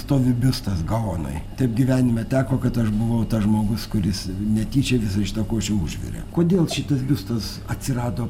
stovi biustas gaonui taip gyvenime teko kad aš buvau tas žmogus kuris netyčia visą šitą košę užvirė kodėl šitas biustas atsirado